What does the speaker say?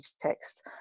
text